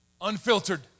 unfiltered